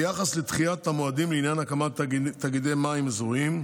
ביחס לדחיית המועדים לעניין הקמת תאגידי מים אזוריים: